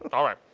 all right.